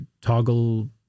toggle